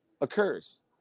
occurs